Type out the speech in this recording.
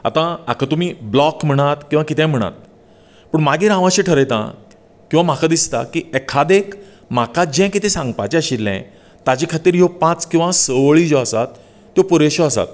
आतां हाका तुमी ब्लॉक म्हणात किंवा कितेंय म्हणात पूण मागीर हांव अशें ठरयतां किंवा म्हाका दिसतां की एखादे म्हाका जें कितें सांगपाचें आशिल्लें ताजे खातीर ह्यो पांच किंवा स वळी ज्यो आसात त्यो पुरेशो आसात